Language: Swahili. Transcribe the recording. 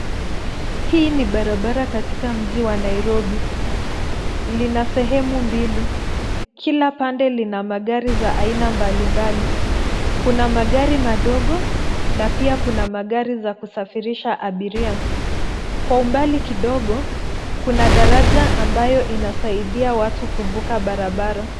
Hii ni barabara katika mji wa Nairobi. Lina sehemu mbili. Kila pande lina magari za aina mbali mbali. Kuna magari madogo na pia kuna magari za kusafirisha abiria. Kwa umbali kidogo, kuna daraja ambayo inasaidia watu kuvuka barabara.